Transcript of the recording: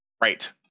right